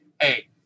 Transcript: hey